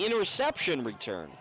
interception return